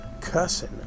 cussing